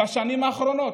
בשנים האחרונות,